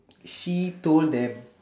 she told them